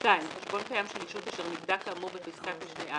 חשבון קיים של ישות אשר נבדק כאמור בפסקת משנה (א)